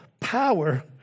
power